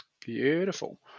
Beautiful